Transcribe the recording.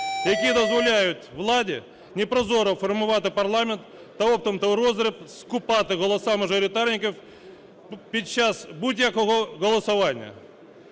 які дозволяють владі непрозоро формувати парламент та оптом та вроздріб скупати голоси мажоритарників під час будь-якого голосування.